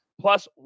plus